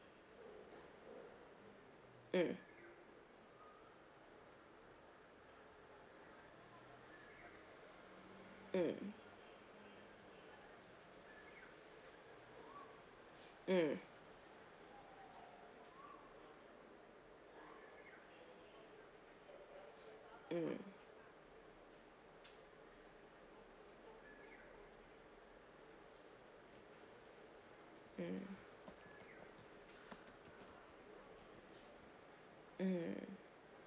mm mm mm mm mm mm